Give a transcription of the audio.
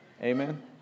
Amen